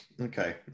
Okay